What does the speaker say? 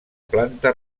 planta